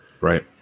right